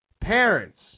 parents